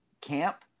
camp